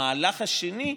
המהלך השני,